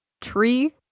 tree